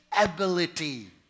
ability